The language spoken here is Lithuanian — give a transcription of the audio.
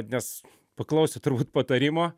nes paklausė turbūt patarimo